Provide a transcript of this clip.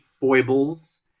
foibles